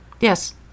Yes